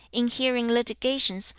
in hearing litigations,